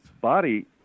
body